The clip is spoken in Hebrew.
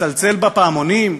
נצלצל בפעמונים,